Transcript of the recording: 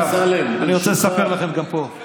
אני רוצה לספר לכם גם פה.